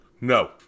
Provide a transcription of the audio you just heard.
No